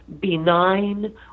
benign